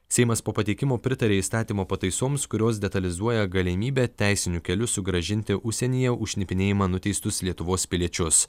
seimas po pateikimo pritarė įstatymo pataisoms kurios detalizuoja galimybę teisiniu keliu sugrąžinti užsienyje už šnipinėjimą nuteistus lietuvos piliečius